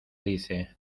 dice